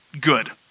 good